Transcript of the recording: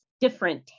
different